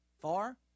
far